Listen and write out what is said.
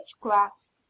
grass